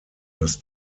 das